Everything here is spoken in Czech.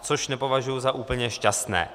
Což nepovažuji za úplně šťastné.